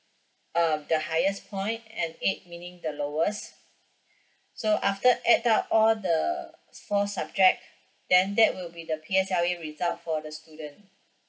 um the highest point and eight meaning the lowest so after add up all the four subject then that will be the P_S_L_E result for the student